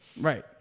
Right